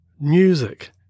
music